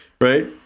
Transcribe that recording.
right